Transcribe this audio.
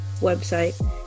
website